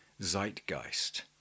zeitgeist